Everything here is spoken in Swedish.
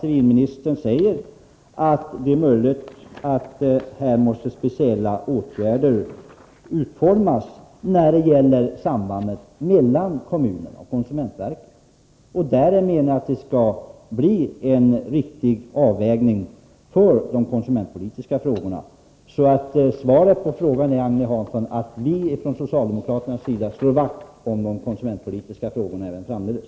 Civilministern säger att det är möjligt att speciella åtgärder måste vidtas i vad gäller sambandet mellan kommunerna och konsumentverket. Meningen är att det skall bli en riktig avvägning där de konsumentpolitiska frågorna kommer till sin rätt. Svaret på frågan, Agne Hansson, är att vi socialdemokrater slår vakt om de konsumentpolitiska frågorna även framdeles.